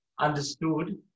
understood